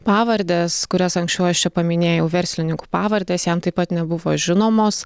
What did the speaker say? pavardes kurias anksčiau aš čia paminėjau verslininkų pavardės jam taip pat nebuvo žinomos